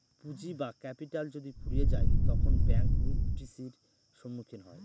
পুঁজি বা ক্যাপিটাল যদি ফুরিয়ে যায় তখন ব্যাঙ্ক রূপ টি.সির সম্মুখীন হয়